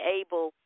able